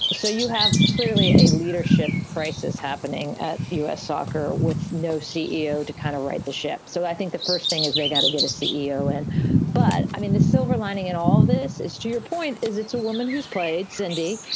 so you have clearly a leadership crisis happening at u s. soccer with no ceo to kind of right the ship. so i think the first thing is they've got to get a ceo and but i mean, the silver lining in all this is to your point is it's a woman who's played cindy.